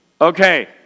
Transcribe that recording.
Okay